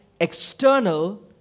external